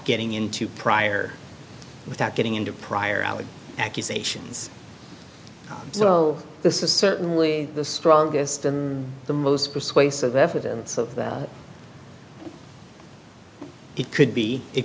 getting into prior without getting into prior alley accusations so this is certainly the strongest and the most persuasive evidence of that it could be it